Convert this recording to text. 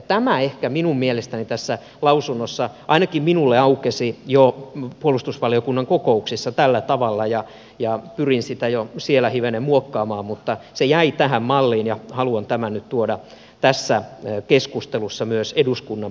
tämä ehkä minun mielestäni tässä lausunnossa ainakin minulle aukesi jo puolustusvaliokunnan kokouksessa tällä tavalla ja pyrin sitä jo siellä hivenen muokkaamaan mutta se jäi tähän malliin ja haluan tämän nyt tuoda tässä keskustelussa myös eduskunnan pöytäkirjaan